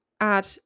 add